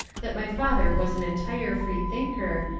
that my father was an entire freethinker,